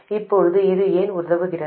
இப்போது இது ஏன் உதவுகிறது